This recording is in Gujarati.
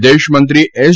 વિદેશમંત્રી એસ